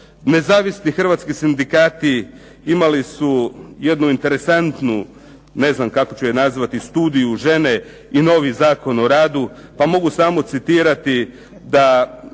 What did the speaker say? Nezavisni hrvatski sindikati imali su jednu interesantnu, ne znam kako ću je nazvati studiju žene i novi Zakon o radu, pa mogu samo citirati da